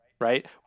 right